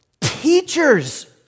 teachers